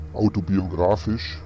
autobiografisch